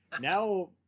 now